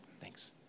Thanks